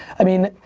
i mean,